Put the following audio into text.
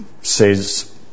says